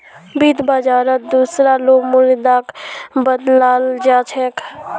वित्त बाजारत दुसरा लो मुद्राक बदलाल जा छेक